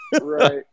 Right